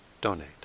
donate